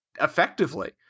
effectively